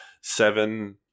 seven